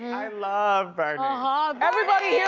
i love bernie. ah everybody yeah